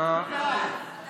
(תיקון מס' 7)